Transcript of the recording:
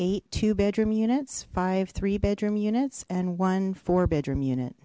eight two bedroom units five three bedroom units and one four bedroom unit